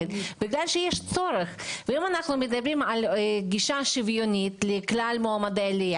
אומר שוב שההוצאה על קליטת עלייה